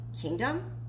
kingdom